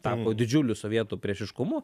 tapo didžiuliu sovietų priešiškumu